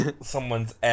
someone's